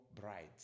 brides